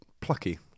Plucky